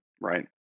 Right